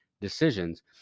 decisions